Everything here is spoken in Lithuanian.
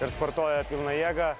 ir sportuoja pilna jėga